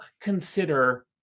consider